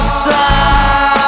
side